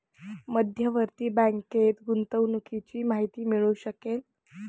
मध्यवर्ती बँकेत गुंतवणुकीची माहिती मिळू शकेल